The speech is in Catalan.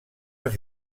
els